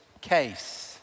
case